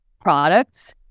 products